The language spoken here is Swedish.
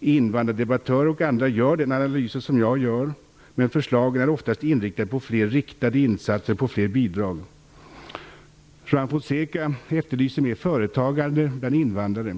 Invandrardebattörer och andra gör den analys som jag gör, men förslagen är oftast inriktade på fler riktade insatser och fler bidrag. Juan Fonseca efterlyser mer företagande bland invandrare.